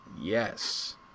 Yes